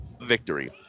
victory